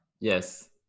Yes